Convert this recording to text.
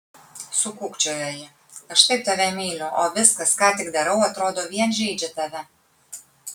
sukūkčiojo ji aš taip tave myliu o viskas ką tik darau atrodo vien žeidžia tave